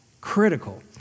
Critical